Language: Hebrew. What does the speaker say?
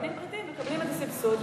גנים פרטיים מקבלים איזה סבסוד,